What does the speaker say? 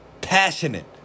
passionate